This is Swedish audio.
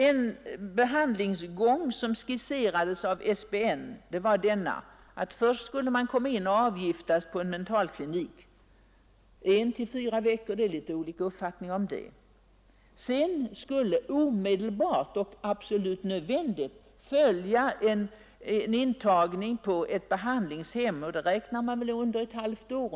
En behandlingsgång som skisserades av SBN var att vederbörande först skulle tas in på mentalklinik för avgiftning under en till fyra veckor — det råder litet olika uppfattningar om behandlingens längd. Sedan skulle det omedelbart följa en obligatorisk intagning på behandlingshem, där patienten skulle vårdas ungefär i ett halvt år.